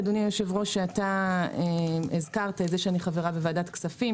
היושב-ראש, הבנתי שהזכרת שאני חברה בוועדת כספים.